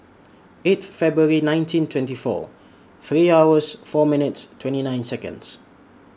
eight February nineteen twenty four three hours four minutes twenty nine Seconds